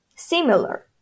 similar